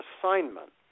assignment